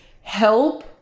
help